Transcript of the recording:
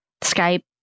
Skype